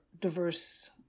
diverse